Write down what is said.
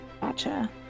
Gotcha